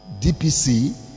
DPC